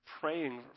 praying